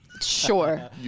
sure